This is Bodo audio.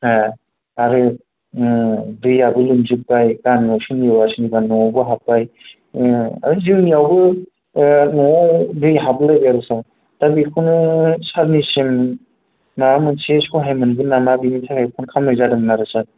ओ आरो ओ दैआबो लोमजोबबाय गामिआव सोरनिबा सोरनिबा न'आवबो हाबबाय ओ है जोंनियावबो न'आव दै हाबगुलायबाय आरोखि सार दा बेखौनो सारनिसिम माबा मोनसे सहाय मोगोन नामा बेनि थाखाय फन खालामनाय जादोंमोन आरो सार